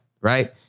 right